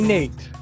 Nate